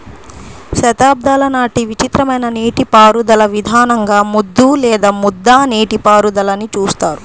శతాబ్దాల నాటి విచిత్రమైన నీటిపారుదల విధానంగా ముద్దు లేదా ముద్ద నీటిపారుదలని చూస్తారు